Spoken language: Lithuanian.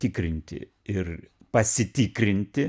tikrinti ir pasitikrinti